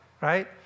right